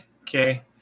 okay